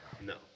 No